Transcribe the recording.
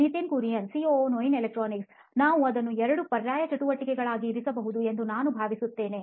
Nitin Kurian COO ನೋಯಿನ್ electronics ನಾವು ಅದನ್ನು ಎರಡು ಪರ್ಯಾಯ ಚಟುವಟಿಕೆಗಳಾಗಿ ಇರಿಸಬಹುದು ಎಂದು ನಾನು ಭಾವಿಸುತ್ತೇನೆ